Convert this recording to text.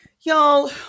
y'all